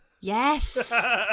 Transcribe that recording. Yes